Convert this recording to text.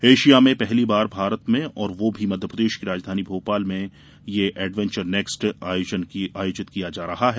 Asia में पहली बार भारत में और वह भी मध्यप्रदेश की राजधानी भोपाल में पहली बार एडवेंचर नेक्स्ट महत्वपूर्ण आयोजन किया जा रहा है